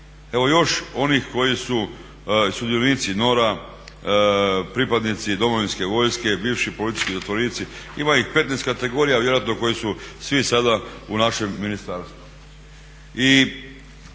Evo još onih koji su sudionici …, pripadnici domovinske vojske, bivši politički zatvorenici. Ima ih 15 kategorija vjerojatno koji su svi sada u našem ministarstvu.